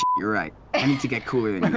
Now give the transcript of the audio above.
you're right. i need to get cooler